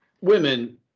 women